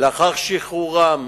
לאחר שחרורם